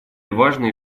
важные